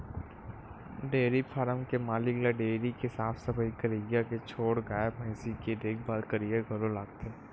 dairy farm के मालिक ल डेयरी के साफ सफई करइया के छोड़ गाय भइसी के देखभाल करइया घलो लागथे